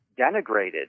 denigrated